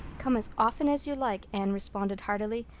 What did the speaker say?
come as often as you like, anne responded heartily,